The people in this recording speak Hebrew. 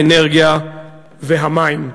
האנרגיה והמים,